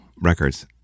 records